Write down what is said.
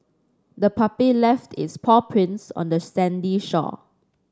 the puppy left its paw prints on the sandy shore